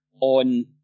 on